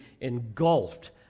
engulfed